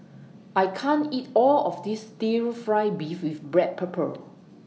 I can't eat All of This Stir Fry Beef with Black Pepper